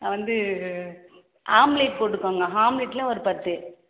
வந்து ஆம்ப்லேட் போட்டுக்கோங்க ஆம்ப்லேட்ல ஒரு பத்து